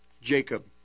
Jacob